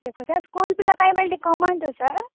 ସେ ସ୍କୁଲ୍ ପିଲା ପାଇଁ ବେଲେ ଟିକେ କମାନ୍ତୁ ସାର୍